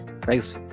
Thanks